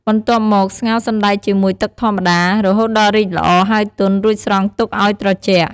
បន្ទាប់មក ស្ងោរសណ្ដែកជាមួយទឹកធម្មតា រហូតដល់រីកល្អហើយទន់ រួចស្រង់ទុកឲ្យត្រជាក់។